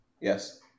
Yes